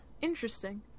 Interesting